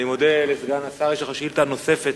אני מודה לסגן השר, יש לך שאילתא נוספת,